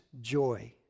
joy